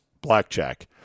blackjack